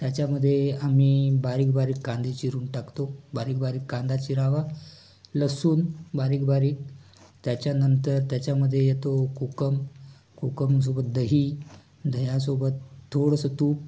त्याच्यामध्ये आम्ही बारीक बारीक कांदे चिरून टाकतो बारीक बारीक कांदा चिरावा लसूण बारीक बारीक त्याच्यानंतर त्याच्यामध्ये येतो कोकम कोकमसोबत दही दह्यासोबत थोडंसं तूप